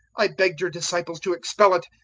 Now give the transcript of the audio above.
i begged your disciples to expel it,